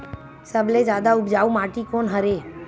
सबले जादा उपजाऊ माटी कोन हरे?